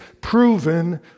proven